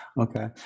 Okay